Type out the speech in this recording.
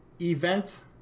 event